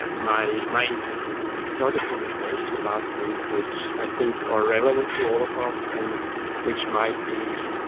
and my my interest is to start a conversation about things which i think are relevant to all of us and which might be,